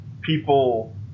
people